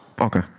Okay